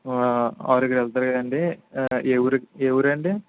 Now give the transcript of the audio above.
ఆరుగురు వెళ్తారు కదండీ ఏ ఊరు ఏ ఊరండి